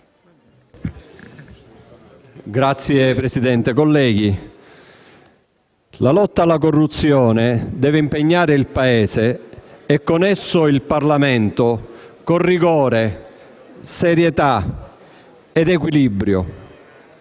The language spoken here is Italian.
Signor Presidente, colleghi, la lotta alla corruzione deve impegnare il Paese, e con esso il Parlamento, con rigore, serietà ed equilibrio.